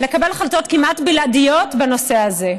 לקבל החלטות כמעט בלעדיות בנושא הזה.